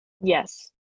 Yes